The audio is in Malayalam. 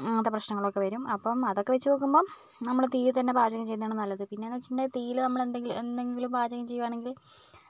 അങ്ങനത്തെ പ്രശ്നങ്ങള് ഒക്കെ വരും അപ്പം അതൊക്കെ വെച്ച് നോക്കുമ്പം നമ്മള് തീയിൽ തന്നെ പാചകം ചെയ്യുന്നതാണ് നല്ലത് പിന്നെ എന്ന് വെച്ചിട്ടുണ്ടെങ്കില് തീയിൽ നമ്മള് എന്ത് എന്തെങ്കിലും പാചകം ചെയ്യുവാണെങ്കിൽ